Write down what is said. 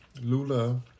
Lula